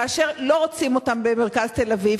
כאשר לא רוצים אותם במרכז תל-אביב,